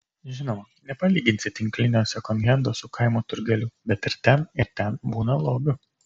žinoma nepalyginsi tinklinio sekondhendo su kaimo turgeliu bet ir ten ir ten būna lobių